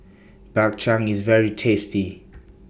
Bak Chang IS very tasty